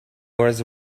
was